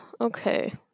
okay